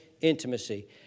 intimacy